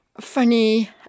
funny